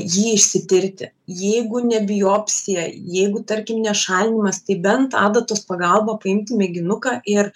jį išsitirti jeigu ne biopsija jeigu tarkim ne šalinimas tai bent adatos pagalba paimti mėginuką ir